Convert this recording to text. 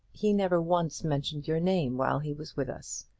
he never once mentioned your name while he was with us.